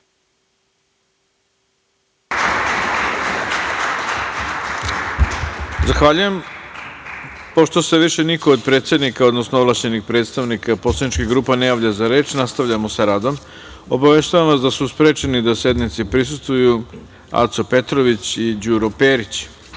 Zahvaljujem. Pošto se više niko od predstavnika, odnosno ovlašćenih predstavnika poslaničkih grupa ne javlja za reč, nastavljamo sa radom. Obaveštavam vas, da su sprečeni da sednici prisustvuju Aca Petrović i Đuro